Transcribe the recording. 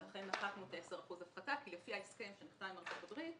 מחקנו את ה-10 אחוזים הפחתה כי לפי ההסכם שנעשה עם ארצות הברית,